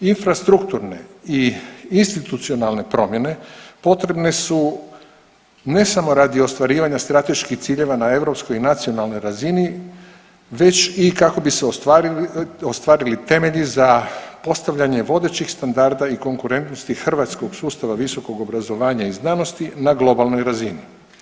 Infrastrukturne i institucionalne promjene potrebne su ne samo radi ostvarivanja strateških ciljeva na europskoj i nacionalnoj razini, već i kako bi se ostvarili temelji za postavljanje vodećih standarda i konkurentnosti hrvatskog sustava visokog obrazovanja i znanosti na globalnoj razini.